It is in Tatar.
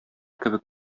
кебек